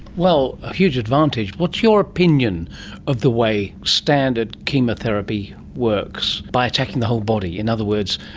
well, a huge advantage. what's your opinion of the way standard chemotherapy works by attacking the whole body? in other words,